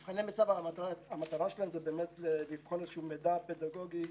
מטרת מבחני המיצ"ב הוא לבחון מידע פדגוגי.